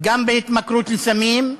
גם בהתמכרות לסמים,